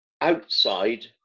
outside